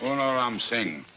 you know ramsing?